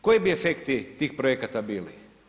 Koji bi efekti tih projekata bili?